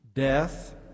Death